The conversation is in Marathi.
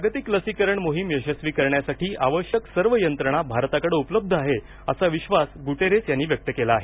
जागतिक लसीकरण मोहीम यशस्वी करण्यासाठी आवश्यक सर्व यंत्रणा भारताकडे उपलब्ध आहे असा विश्वास गुटेरस यांनी व्यक्त केला आहे